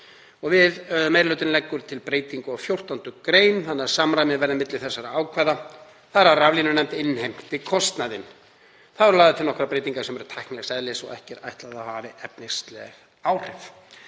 Meiri hlutinn leggur til breytingu á 14. gr. þannig að samræmi verði milli þessara ákvæða, þ.e. að raflínunefnd innheimti kostnaðinn. Þá eru lagðar til nokkrar breytingar sem eru tæknilegs eðlis og er ekki ætlað að hafa efnisleg áhrif.